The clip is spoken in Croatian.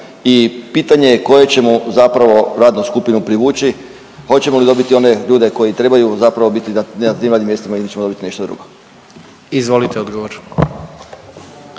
I pitanje koju ćemo zapravo radnu skupinu privući? Hoćemo li dobiti one ljude koji trebaju zapravo biti na tim radnim mjestima ili ćemo dobiti nešto drugo. **Jandroković,